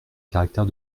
caractère